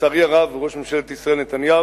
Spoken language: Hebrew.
לצערי הרב, ראש ממשלת ישראל נתניהו